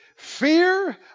Fear